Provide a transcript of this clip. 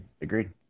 Agreed